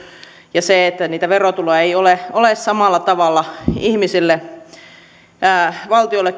ja siinä että niitä verotuloja ei ole ole samalla tavalla valtiolle